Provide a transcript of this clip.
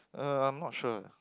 uh I'm not sure